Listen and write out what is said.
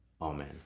Amen